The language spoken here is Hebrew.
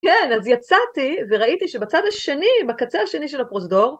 כן, אז יצאתי וראיתי שבצד השני, בקצה השני של הפרוסדור...